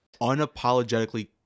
unapologetically